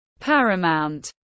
Paramount